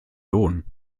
lohnen